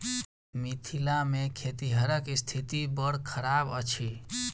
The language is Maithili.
मिथिला मे खेतिहरक स्थिति बड़ खराब अछि